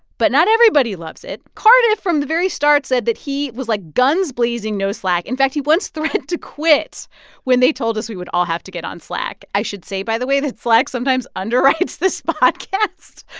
but not everybody loves it. cardiff, from the very start, said that he was, like, guns blazing no slack. in fact, he once threatened to quit when they told us we would all have to get on slack i should say, by the way, that slack sometimes underwrites this podcast.